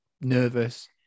nervous